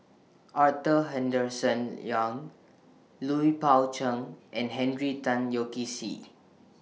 Arthur Henderson Young Lui Pao Chuen and Henry Tan Yoke See